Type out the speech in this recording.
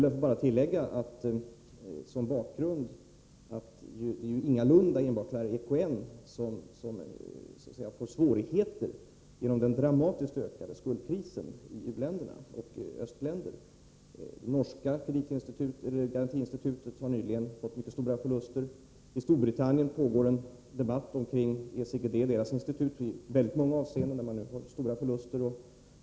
Jag vill bara tillägga som bakgrund att det ingalunda är enbart EKN som får svårigheter på grund av den dramatiskt ökade skuldkrisen i u-länderna och i östländer. Det norska garantiinstitutet har nyligen gjort mycket stora förluster. I Storbritannien pågår en debatt i väldigt många avseenden om institutet där.